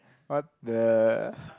what the